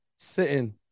sitting